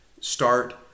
start